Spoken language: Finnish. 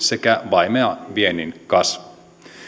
sekä vaimea viennin kasvu